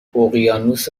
اقیانوس